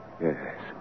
Yes